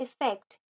effect